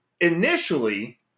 initially